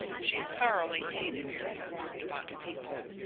she thoroughly hated to be warned about people,